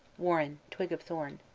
warren twig of thorn.